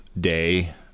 Day